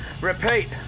Repeat